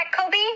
Kobe